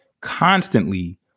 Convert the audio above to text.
constantly